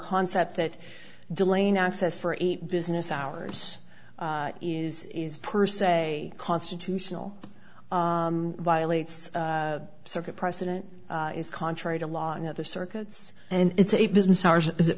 concept that delaying access for eight business hours is per se constitutional violates circuit precedent is contrary to law in other circuits and it's a business hours is it